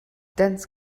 dense